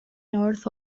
north